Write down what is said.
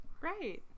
Right